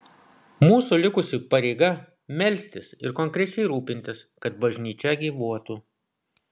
mūsų likusių pareiga melstis ir konkrečiai rūpintis kad bažnyčia gyvuotų